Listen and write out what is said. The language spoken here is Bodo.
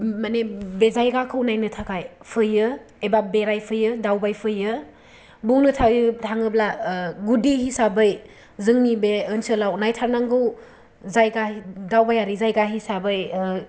माने बे जायगाखौ नायनो थाखाय फैयो एबा बेरायफैयो दायबायफैयो बुंनो थाङोब्ला ओ गुदि हिसाबै जोंनि बे आनसोलाव नायथारनांगौ जायगा दावबायारि जायगा हिसाबै